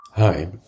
Hi